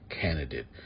candidate